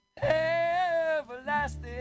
everlasting